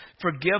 forgive